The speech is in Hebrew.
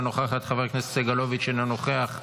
אינה נוכחת,